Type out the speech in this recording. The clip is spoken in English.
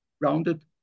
rounded